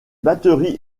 batteries